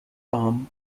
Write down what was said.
bomb